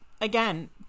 again